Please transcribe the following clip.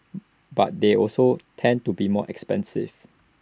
but they also tend to be more expensive